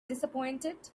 disappointed